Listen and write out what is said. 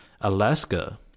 Alaska